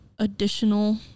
Additional